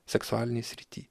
seksualinėj srity